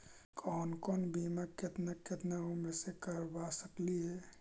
कौन कौन बिमा केतना केतना उम्र मे करबा सकली हे?